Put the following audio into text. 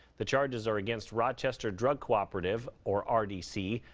the charges are against rochester drug cooperative, or r d c.